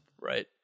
right